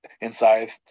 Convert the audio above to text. inside